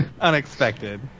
unexpected